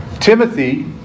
Timothy